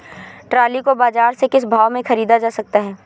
Trolley को बाजार से किस भाव में ख़रीदा जा सकता है?